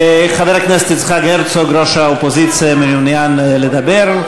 חבר הכנסת יצחק הרצוג ראש האופוזיציה מעוניין לדבר.